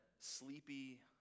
sleepy